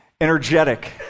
energetic